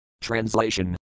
Translation